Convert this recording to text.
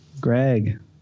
Greg